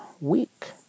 week